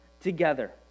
together